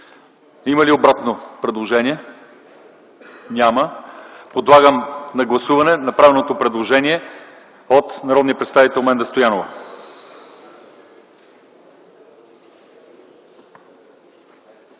Има ли обратно предложение? Няма. Подлагам на гласуване направеното предложение от народния